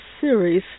series